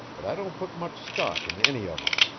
but i don't put much stock in any of em.